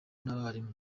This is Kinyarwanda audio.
n’abarimu